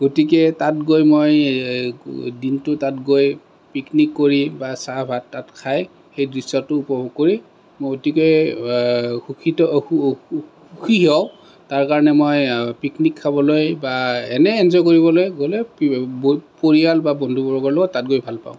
গতিকে তাত গৈ মই দিনটো তাত গৈ পিকনিক কৰি বা চাহ ভাত তাত খাই সেই দৃশ্যটো উপভোগ কৰি মই অতিকৈ সুখীত সুখী হওঁ তাৰকাৰণে মই পিকনিক খাবলৈ বা এনেই এনজয় কৰিবলৈ গ'লে পৰিয়াল বা বন্ধু বৰ্গৰ লগত তাত গৈ ভালপাওঁ